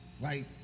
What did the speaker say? Right